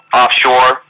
offshore